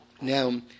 Now